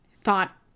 thought